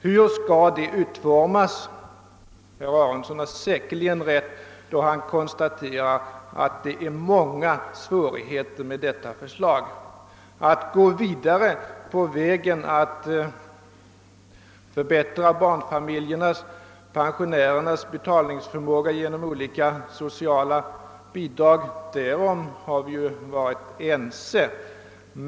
Hur skall det utformas? Herr Aronson har säkerligen rätt då han konstaterar att det är många svårigheter förenade med förslaget. Enighet har ju rått om att vi skall gå vidare på vägen att förbättra barnfamiljernas och pensionärernas möjligheter genom olika sociala bidrag.